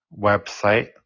website